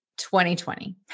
2020